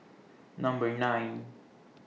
Number nine